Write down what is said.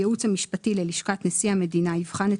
הייעוץ המשפטי ללשכת נשיא המדינה יבחן את